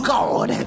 God